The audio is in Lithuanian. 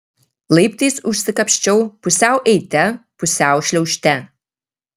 laiptais užsikapsčiau pusiau eite pusiau šliaužte